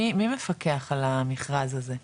מי מפקח על המכרז הזה?